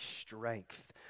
strength